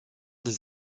des